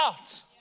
out